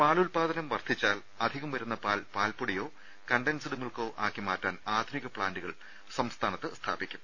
പാൽ ഉല്പാദനം വർദ്ധിച്ചാൽ അധികം വരുന്ന പാൽ പാൽപ്പൊടിയോ കണ്ടൻസ്ഡ് മിൽക്കോ ആക്കി മാറ്റാൻ ആധുനിക പ്ലാന്റുകൾ സംസ്ഥാനത്ത് സ്ഥാപിക്കും